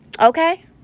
Okay